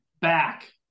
back